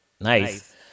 Nice